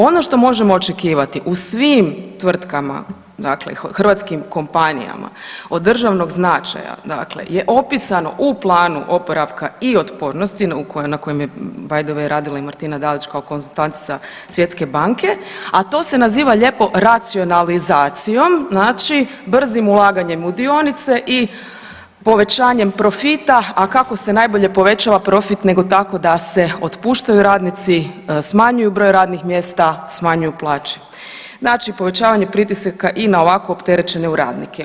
Ono što možemo očekivati u svim tvrtkama, dakle hrvatskim kompanijama od državnog značaja, dakle je opisano u planu oporavka i otpornosti na kojem je Btw radila i Martina Dalić kao konzultantica svjetske banke, a to se naziva lijepo racionalizacijom, znači brzim ulaganjem u dionice i povećanjem profita, a kako se najbolje povećava profit nego tako da se otpuštaju radnici, smanjuje broj radnih mjesta i smanjuju plaće, znači povećavanje pritisaka i na ovako opterećenje radnike.